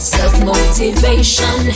Self-motivation